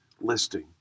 listing